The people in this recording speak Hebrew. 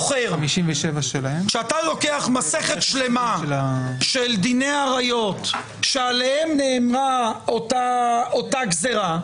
כשאתה לוקח מסכת שלמה של דיני עריות שעליהם נאמרה אותה הגזירה,